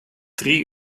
drie